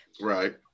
Right